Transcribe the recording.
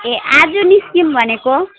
ए आज निस्किऔँ भनेको